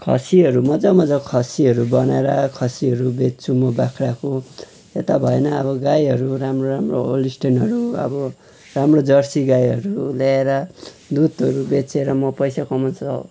खसीहरू मजा मजाको खसीहरू बनाएर खसीहरू बेच्छु म बाख्राको यता भएन गाईहरू राम्रो राम्रो राम्रो होलिस्टर्नहरू राम्रो जर्सी गाईहरू ल्याएर दुधहरू बेचेर म पैसा कमाउँछु